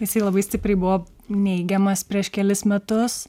jisai labai stipriai buvo neigiamas prieš kelis metus